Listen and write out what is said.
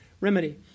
remedy